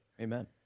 Amen